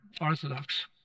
orthodox